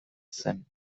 zen